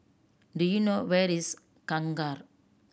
do you know where is Kangkar